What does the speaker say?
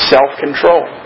Self-control